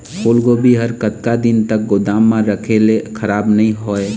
फूलगोभी हर कतका दिन तक गोदाम म रखे ले खराब नई होय?